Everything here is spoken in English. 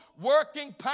working